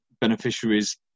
beneficiaries